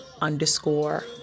underscore